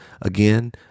Again